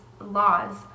laws